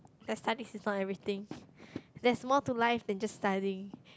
studies is not everything there's more to life than just studying